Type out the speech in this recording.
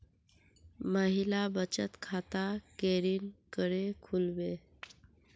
महिला बचत खाता केरीन करें खुलबे